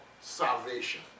salvation